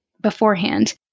beforehand